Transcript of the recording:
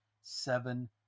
seven